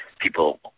people